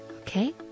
Okay